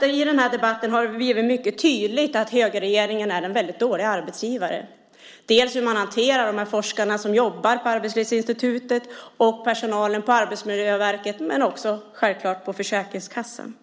I den här debatten har det blivit tydligt att högerregeringen är en dålig arbetsgivare. Bland annat gäller det hur man hanterar forskarna som jobbar på Arbetslivsinstitutet och personalen på Arbetsmiljöverket, och självklart på Försäkringskassan.